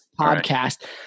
podcast